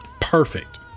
perfect